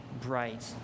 bright